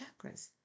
chakras